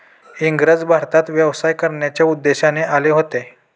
इंग्रज भारतात व्यवसाय करण्याच्या उद्देशाने आले होते